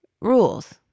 Rules